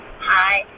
hi